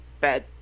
Bad